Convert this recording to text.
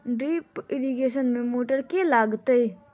Drip irrigation मे motor केँ लागतै?